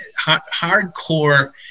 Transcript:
hardcore